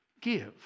give